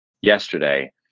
yesterday